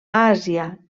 àsia